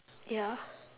ya